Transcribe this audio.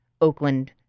Oakland